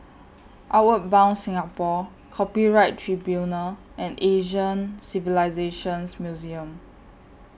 Outward Bound Singapore Copyright Tribunal and Asian Civilisations Museum